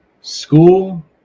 School